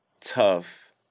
tough